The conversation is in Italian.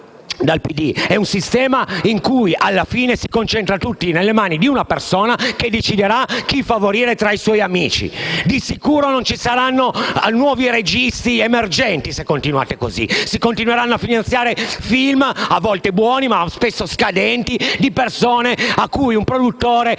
è un sistema in cui, alla fine, si concentra tutto nelle mani di una persona che deciderà chi favorire tra i suoi amici. Di sicuro non ci saranno nuovi registi emergenti se continuate così. Si continueranno a finanziare film, a volte buoni ma spesso scadenti, di persone a cui un produttore non